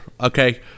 okay